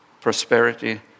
prosperity